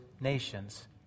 nations